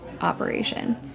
operation